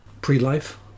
Pre-life